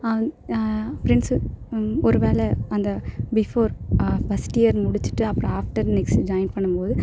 friends ஒருவேளை அந்த before first year முடிச்சுட்டு அப்புறம் ஆப்ஃடர் நெக்ஸ்ட்டு ஜாயின் பண்ணும்போது